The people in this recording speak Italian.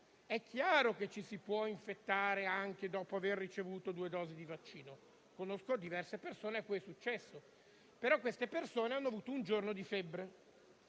È chiaro che ci si può infettare anche dopo aver ricevuto due dosi di vaccino. Io conosco diverse persone cui è successo. Queste persone, però, hanno avuto un giorno di febbre